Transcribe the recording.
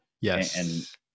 Yes